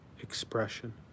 expression